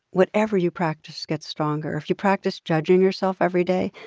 whatever you practice gets stronger. if you practice judging yourself every day,